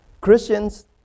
Christians